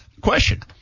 question